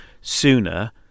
sooner